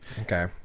Okay